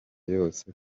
yose